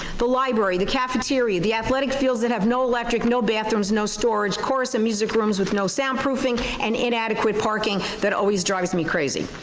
the library, the cafeteria, the athletic fields that have no electric, no bathrooms, no storage, chorus and music rooms with no soundproofing and inadequate parking that always drives me crazy.